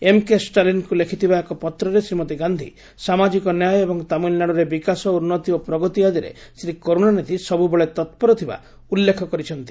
M K ଷ୍ଟାଲିନ୍ଙ୍କୁ ଲେଖିଥିବା ଏକ ପତ୍ରରେ ଶ୍ରୀମତୀ ଗାନ୍ଧି ସାମାଜିକ ନ୍ୟାୟ ଏବଂ ତାମିଲ୍ନାଡ଼ୁରେ ବିକାଶ ଉନ୍ନତି ଓ ପ୍ରଗତି ଆଦିରେ ଶ୍ରୀ କରୁଣାନିଧି ସବୁବେଳେ ତତ୍ପର ଥିବା ଉଲ୍ଲେଖ କରିଛନ୍ତି